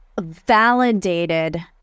validated